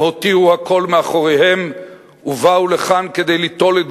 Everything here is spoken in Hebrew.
הם הותירו הכול מאחוריהם ובאו לכאן כדי ליטול את